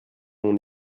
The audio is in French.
mon